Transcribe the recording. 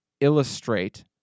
illustrate